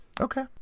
Okay